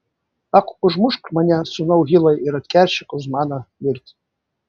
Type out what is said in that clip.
ak užmušk mane sūnau hilai ir atkeršyk už mano mirtį